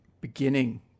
beginning